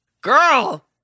Girl